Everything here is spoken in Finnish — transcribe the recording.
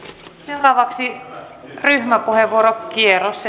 seuraavaksi ryhmäpuheenvuorokierros